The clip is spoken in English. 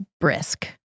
brisk